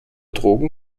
drogen